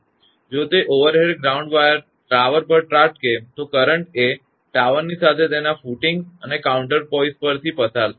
જો તે overhead ground wire tower પર ત્રાટકે તો કરંટ એ ટાવરની સાથે તેના ફુટિંગ્સ અને કાઉંટર્પોઇઝ પરથી પસાર થશે